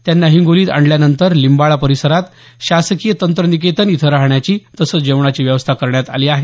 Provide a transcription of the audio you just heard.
त्यांना हिंगोलीत आणल्यानंतर लिंबाळा परिसरातील शासकीय तंत्रनिकेतन इथं राहण्याची तसंच जेवणाची व्यवस्था करण्यात आली आहे